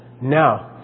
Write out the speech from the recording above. now